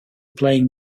playing